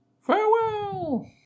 Farewell